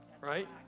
right